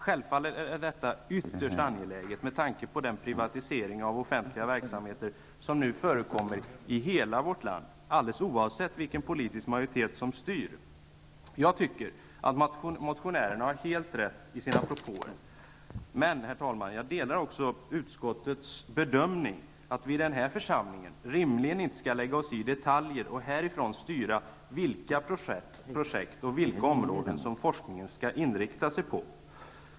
Självfallet är detta ytterst angeläget med tanke på den privatisering av offentliga verksamheter som nu förekommer i hela vårt land -- alldeles oavsett vilken politisk majoritet som styr. Jag tycker att motionärerna har helt rätt i sina propåer, men, herr talman, jag delar också utskottets bedömning att vi i den här församlingen rimligen inte skall lägga oss i detaljer och härifrån styra vilka projekt och vilka områden som forskningen skall inrikta sig på.